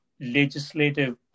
legislative